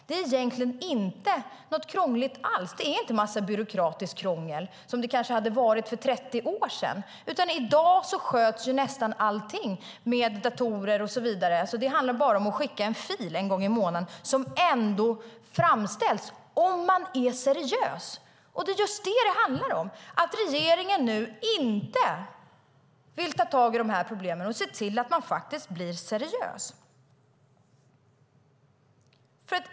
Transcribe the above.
Det behövs inte en massa byråkratiskt krångel som det kanske hade krävts för 30 år sedan. I dag sköts ju nästan allting med datorer. Det handlar bara om att skicka en fil en gång i månaden, en fil som ändå framställs om man är seriös. Och det är det som det handlar om, att regeringen inte vill ta tag i dessa problem för att se till att företagen blir seriösa.